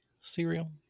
cereal